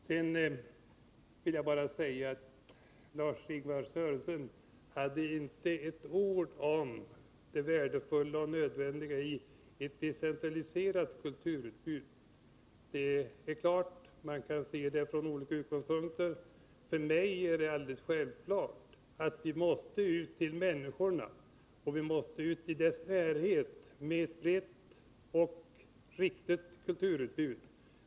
Sedan vill jag bara säga att Lars-Ingvar Sörenson inte sade ett ord om det värdefulla och nödvändiga i ett decentraliserat kulturutbud. Det är klart att man kan se detta från olika utgångspunkter. För mig är det alldeles självklart att vi måste ut till människorna — vi måste ut i deras närhet med ett brett och riktigt kulturutbud.